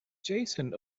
jason